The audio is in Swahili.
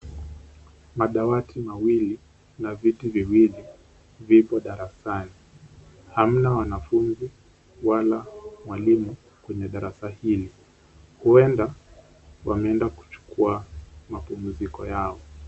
Madawati mawili na viti viwili vipo darasani. Hamna wanafunzi wala walimu kwenye darasa hili huenda wameenda kuchukua mapumziko yao.